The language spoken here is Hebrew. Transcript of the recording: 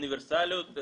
אוניברסליות,